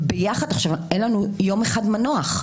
אין לנו יום אחד של מנוחה.